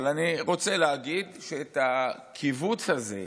אני רוצה להגיד שאת הכיווץ הזה,